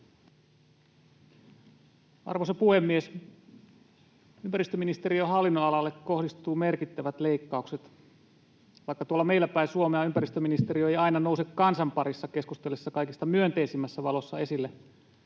Arvoisa puhemies! Ympäristöministe-riön hallinnonalalle kohdistuu merkittävät leikkaukset. Vaikka tuolla meilläpäin Suomea ympäristöministeriö ei aina nouse kansan parissa keskusteltaessa kaikista myönteisimmässä valossa esille,